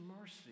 mercy